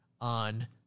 on